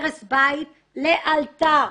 הרס בית לאלתר.